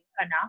enough